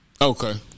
Okay